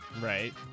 Right